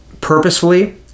purposefully